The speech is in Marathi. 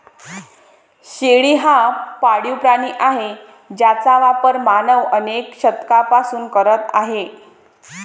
शेळी हा पाळीव प्राणी आहे ज्याचा वापर मानव अनेक शतकांपासून करत आहे